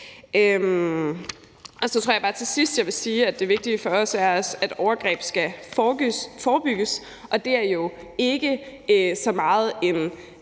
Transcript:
bare, at jeg til sidst vil sige, at det vigtige for os er, at overgreb skal forebygges. Det er jo ikke så meget en